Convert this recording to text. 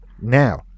now